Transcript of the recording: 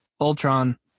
Ultron